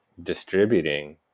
distributing